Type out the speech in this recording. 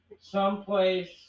Someplace